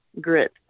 grit